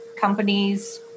companies